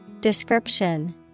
Description